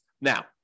Now